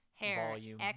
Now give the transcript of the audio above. volume